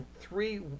three